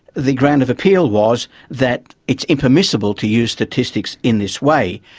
the ground of appeal was that it is impermissible to use statistics in this way.